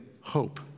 hope